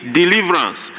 deliverance